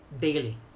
daily